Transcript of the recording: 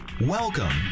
Welcome